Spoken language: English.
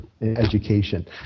education